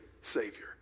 Savior